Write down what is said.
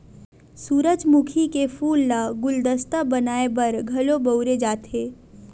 सूरजमुखी के फूल ल गुलदस्ता बनाय बर घलो बउरे जाथे